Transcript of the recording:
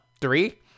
three